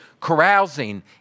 carousing